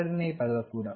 ಎರಡನೇ ಪದ ಕೂಡ